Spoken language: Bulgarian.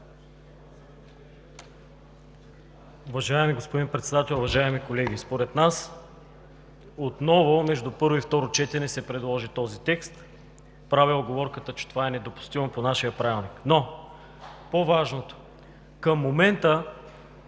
Уважаеми господин Председател, уважаем колеги! Според нас отново между първо и второ четене се предложи този текст. Правя уговорката, че това е недопустимо по нашия Правилник. Говорим за